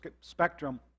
spectrum